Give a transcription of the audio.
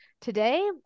today